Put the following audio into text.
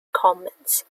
comments